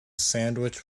sandwich